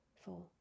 four